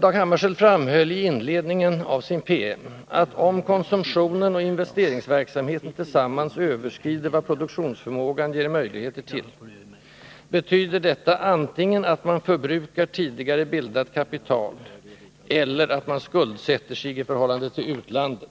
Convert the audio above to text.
Dag Hammarskjöld framhöll vidare i inledningen av sin PM att om ”konsumtionen och investeringsverksamheten tillsammans överskrider vad produktionsförmågan ger möjligheter till, betyder detta antingen att man förbrukar tidigare bildat kapital eller att man skuldsätter sig i förhållande till utlandet;